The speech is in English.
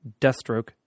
Deathstroke